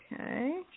Okay